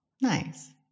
Nice